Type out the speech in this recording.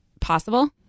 possible